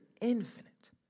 infinite